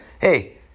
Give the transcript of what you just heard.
hey